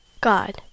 God